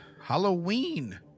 halloween